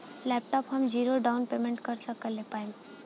Laptop हम zero down payment पर कैसे ले पाएम?